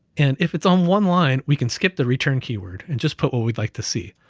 and if it's on one line, we can skip the return keyword, and just put what we'd like to see.